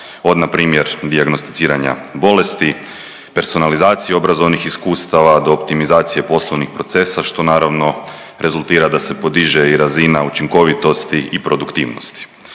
od npr. dijagnosticiranja bolesti, personalizacije obrazovnih iskustava do optimizacije poslovnih procesa, što naravno rezultira da se podiže i razina učinkovitosti i produktivnosti.